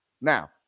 Now